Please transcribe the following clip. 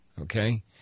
okay